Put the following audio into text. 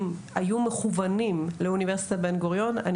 היו מוכוונים לאוניברסיטת בן גוריון,